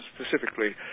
specifically